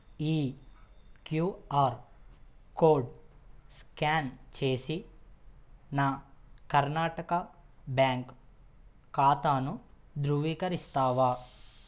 ఈ Q R code scan చేసి నా కర్ణాటక బ్యాంక్ ఖాతాను ధృవీకరిస్తావా